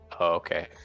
Okay